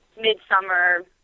mid-summer